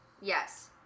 Yes